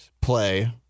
play